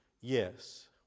Yes